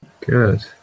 Good